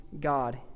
God